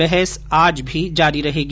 बहस आज भी जारी रहेगी